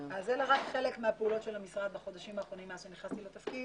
אלה רק חלק מהפעולות של המשרד בחודשים האחרונים מאז נכנסתי לתפקיד.